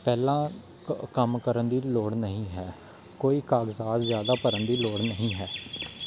ਪਹਿਲਾਂ ਕੰਮ ਕਰਨ ਦੀ ਲੋੜ ਨਹੀਂ ਹੈ ਕੋਈ ਕਾਗਜ਼ਾਦ ਜ਼ਿਆਦਾ ਭਰਨ ਦੀ ਲੋੜ ਨਹੀਂ ਹੈ